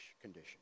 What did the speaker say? condition